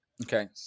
Okay